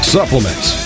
Supplements